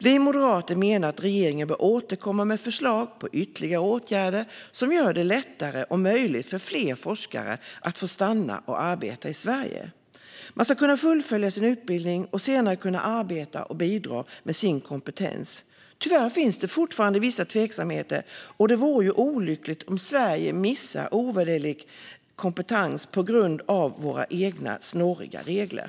Vi moderater menar att regeringen bör återkomma med förslag på ytterligare åtgärder som om möjligt gör det lättare för fler forskare att stanna och arbeta i Sverige. De ska kunna fullfölja sin utbildning och senare kunna arbeta och bidra med sin kompetens. Tyvärr finns det fortfarande vissa tveksamheter, och det vore olyckligt om Sverige missade ovärderlig kompetens på grund av våra egna snåriga regler.